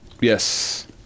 Yes